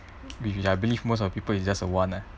which I believe most of people it's just a want lah